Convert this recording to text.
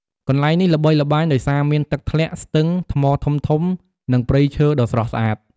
កន្លែងនេះល្បីល្បាញដោយសារមានទឹកធ្លាក់ ស្ទឹង ថ្មធំៗ និងព្រៃឈើដ៏ស្រស់ស្អាត។